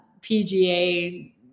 PGA